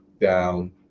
down